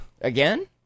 Again